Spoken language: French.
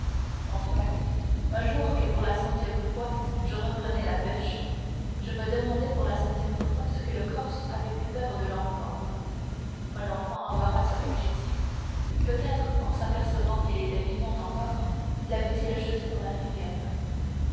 enfin un jour que pour la centième fois je reprenais la bêche je me demandai pour la centième fois ce que le corse avait pu faire de l'enfant un enfant embarrasse un fugitif peut-être en s'apercevant qu'il était vivant encore l'avait-il jeté dans la rivière